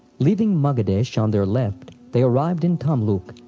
leaving maghadesh on their left, they arrived in tamlook,